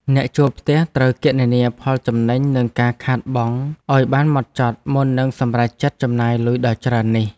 អ្នកជួលផ្ទះត្រូវគណនាផលចំណេញនិងការខាតបង់ឱ្យបានហ្មត់ចត់មុននឹងសម្រេចចិត្តចំណាយលុយដ៏ច្រើននេះ។